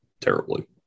terribly